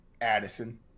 Addison